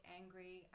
angry